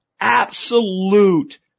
absolute